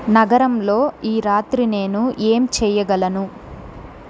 నగరంలో ఈ రాత్రి నేను ఏం చెయ్యగలను